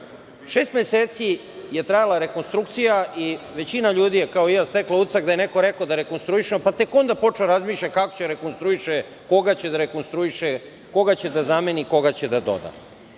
meseci je trajala rekonstrukcija i većina ljudi je, kao i ja, stekla utisak da je neko rekao da rekonstruišemo, pa tek onda počeo da razmišlja kako će da rekonstruiše, koga će da rekonstruiše, koga će da zameni, koga će da doda. Pošto